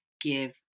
give